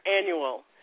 annual